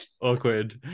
Awkward